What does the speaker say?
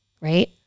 Right